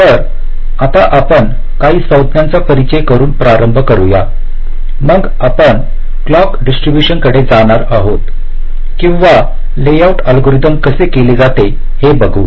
तर आता आपण काही संज्ञांचा परिचय करून प्रारंभ करूयामग आपण क्लॉक डिस्ट्रीब्यूशन कडे जाणार आहोत किंवा लेआउट अल्गोरिदम कसे केले जातेहे बघू